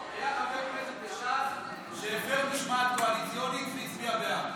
היה חבר כנסת בש"ס שהפר משמעת קואליציונית והצביע בעד.